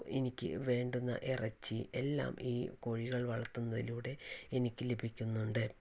എനിക്ക് വേണ്ടുന്ന ഇറച്ചി എല്ലാം ഈ കോഴികൾ വളർത്തുന്നതിലൂടെ എനിക്ക് ലഭിക്കുന്നുണ്ട്